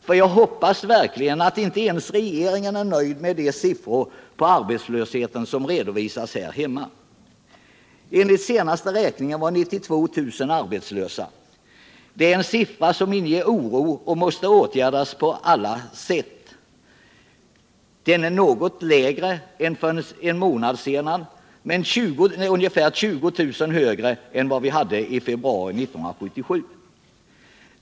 För jag hoppas verkligen att inte ens regeringen är nöjd med de siffror för arbetslösheten som redovisas här hemma. Enligt den senaste räkningen var 92 000 arbetslösa. Det är ett antal som inger oro och som måste åtgärdas på alla sätt. Det är något lägre än för en månad sedan men ungefär 20000 högre än motsvarande antal i februari 1977.